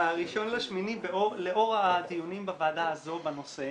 ב-1.8 לאור הדיונים בוועדה הזאת בנושא,